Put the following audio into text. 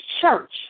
church